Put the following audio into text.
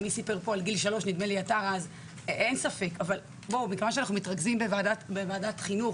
אבל מכיוון שאנחנו מתרכזים בוועדת החינוך,